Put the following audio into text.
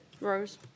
Rose